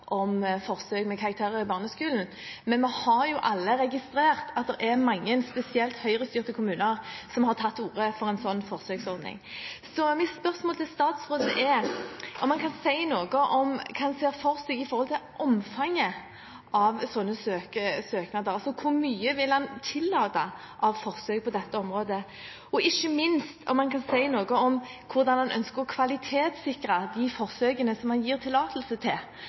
om forsøk med karakterer i barneskolen, men vi har jo alle registrert at det er mange, spesielt Høyre-styrte kommuner, som har tatt til orde for en slik forsøksordning. Mitt spørsmål til statsråden er: Kan han si noe om hva han ser for seg når det gjelder omfanget av slike søknader? Hvor mye vil han tillate av forsøk på dette området? Og ikke minst: Kan han si noe om hvordan han ønsker å kvalitetssikre de forsøkene han gir tillatelse til?